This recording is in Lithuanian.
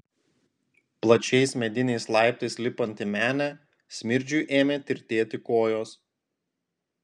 plačiais mediniais laiptais lipant į menę smirdžiui ėmė tirtėti kojos